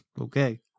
okay